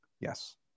Yes